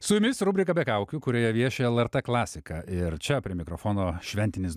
su jumis rubrika be kaukių kurioje vieši lrt klasika ir čia prie mikrofono šventinis